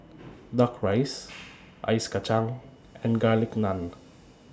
Duck Rice Ice Kachang and Garlic Naan